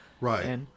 Right